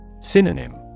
Synonym